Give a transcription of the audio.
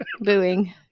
booing